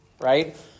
right